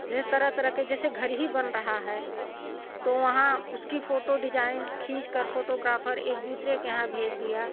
जिस तरह तरह के जैसे घर ही बन रहा है तो वहाँ उसकी फोटो डिजाइन खींचकर फोटोग्राफर एक दूसरे के यहाँ भेज दिया